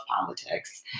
politics